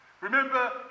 Remember